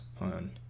on